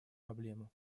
проблему